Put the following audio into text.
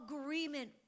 agreement